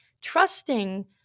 Trusting